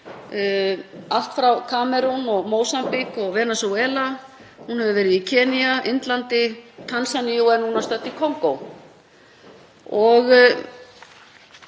allt frá Kamerún og Mósambík til Venesúela. Hún hefur verið í Keníu, á Indlandi, í Tansaníu og er núna stödd í Kongó.